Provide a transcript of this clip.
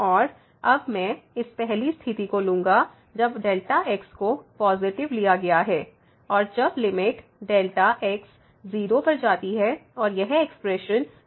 और अब मैं इस पहली स्थिति को लूँगा जब Δ x को पॉजिटिव लिया गया है और जब लिमिट Δ x 0 पर जाती है और यह एक्सप्रेशन 0 से कम है